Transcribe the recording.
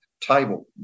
table